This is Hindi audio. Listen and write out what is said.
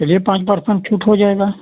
चलिए पाँच पर्सेन्ट छूट हो जाएगा